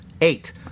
eight